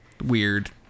weird